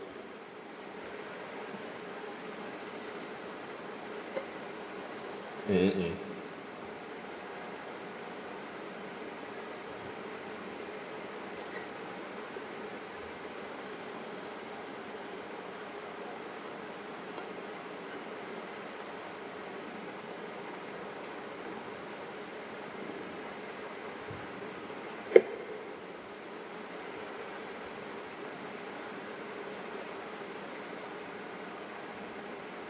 mmhmm mm